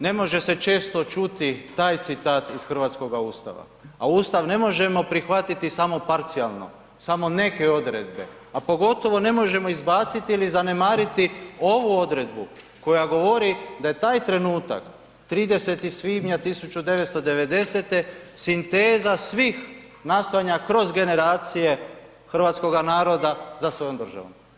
Ne može se često čuti taj citat iz hrvatskoga Ustava, a Ustav ne možemo prihvatiti samo parcijalno, samo neke odredbe, a pogotovo ne možemo izbaciti ili zanemariti ovu odredbu koja govori da je taj trenutak, 30. svibnja 1990. sinteza svih nastojanja kroz generacije hrvatskoga naroda za svojom državom.